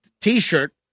T-shirt